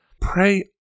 Pray